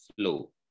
flow